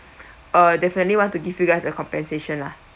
uh definitely want to give you guys a compensation lah they